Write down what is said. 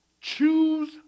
Choose